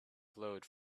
glowed